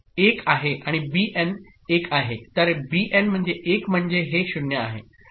तर बीएन म्हणजे 1 म्हणजे हे 0 आहे